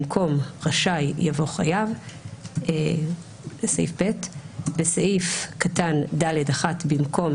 במקום המילה "רשאי" יבוא "חייב"; (ב)בסעיף 5אקטן (ד)(1) במקום